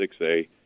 6A